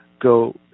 go